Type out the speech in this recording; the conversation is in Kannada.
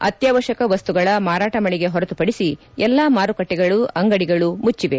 ಅತ್ಯಾವಶ್ಯಕ ವಸ್ತುಗಳ ಮಾರಾಟ ಮಳಿಗೆ ಹೊರತು ಪಡಿಸಿ ಎಲ್ಲ ಮಾರುಕಟ್ಟೆಗಳು ಅಂಗಡಿಗಳು ಮುಟ್ಟವೆ